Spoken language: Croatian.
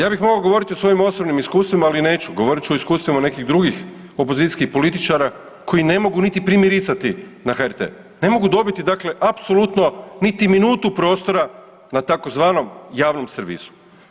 Ja bi mogao govoriti o svojim osobnim iskustvima, ali neću, govorit ću o iskustvima nekih drugim opozicijskih političara koji ne mogu niti primirisati na HRT, ne mogu dobiti apsolutno niti minutu prostora na tzv. javnom servisu.